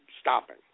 stopping